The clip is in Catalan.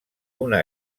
una